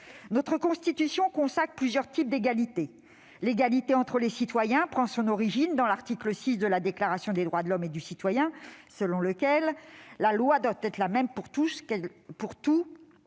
La Constitution consacre plusieurs types d'égalité. Celle qui prévaut entre les citoyens prend son origine dans l'article VI de la Déclaration des droits de l'homme et du citoyen, selon lequel la loi « doit être la même pour tous, soit qu'elle protège,